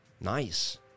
Nice